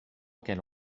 qu’elle